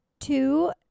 Two